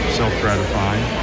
self-gratifying